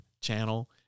channel